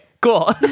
cool